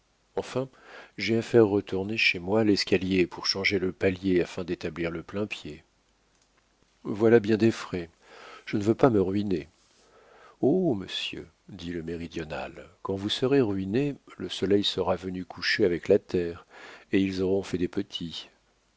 enfin j'ai à faire retourner chez moi l'escalier pour changer le palier afin d'établir le plain-pied voilà bien des frais je ne veux pas me ruiner oh monsieur dit le méridional quand vous serez ruiné le soleil sera venu coucher avec la terre et ils auront fait des petits